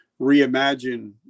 reimagine